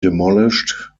demolished